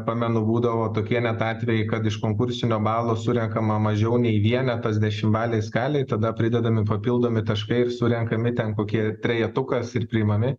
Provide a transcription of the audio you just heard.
pamenu būdavo tokie net atvejai kad iš konkursinio balo surenkama mažiau nei vienetas dešimtbalėj skalėj tada pridedami papildomi taškai ir surenkami ten kokie trejetukas ir priimami